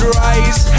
rise